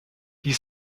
die